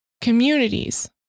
communities